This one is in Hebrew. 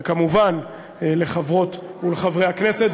וכמובן לחברות ולחברי הכנסת,